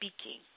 speaking